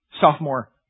sophomore